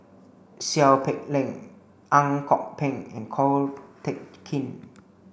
Seow Peck Leng Ang Kok Peng and Ko Teck Kin